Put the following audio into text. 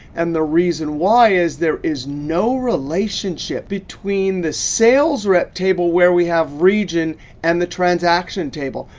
and the reason why is there is no relationship between the sales rep table where we have region and the transaction table.